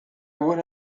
would